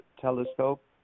telescope